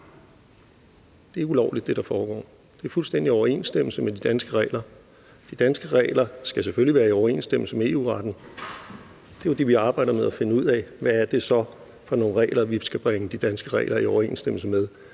ikke ulovligt – det er fuldstændig i overensstemmelse med de danske regler. Og de danske regler skal selvfølgelig være i overensstemmelse med EU-retten. Det er jo det, vi arbejder med at finde ud af: Hvad er det så for nogle regler, vi skal bringe de danske regler i overensstemmelse med,